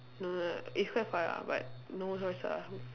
no no no it's quite far ah but no choice ah